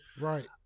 Right